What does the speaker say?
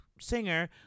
singer